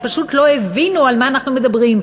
הם פשוט לא הבינו על מה אנחנו מדברים.